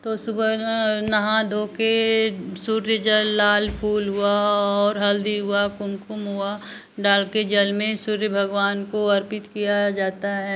तो सुबह नहा धोकर सूर्य जल लाल फूल हुआ और हल्दी हुई कुमकुम हुआ डालकर जल में सूर्य भगवान को अर्पित किया जाता है